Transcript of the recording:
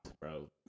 bro